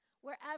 Wherever